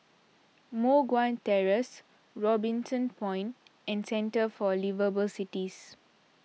Moh Guan Terrace Robinson Point and Centre for Liveable Cities